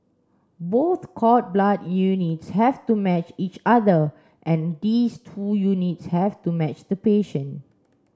both cord blood units have to match each other and these two units have to match the patient